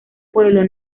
pueblo